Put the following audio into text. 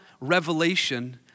Revelation